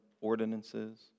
ordinances